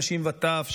נשים וטף,